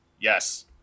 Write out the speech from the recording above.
yes